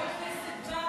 חבר הכנסת בר,